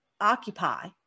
occupy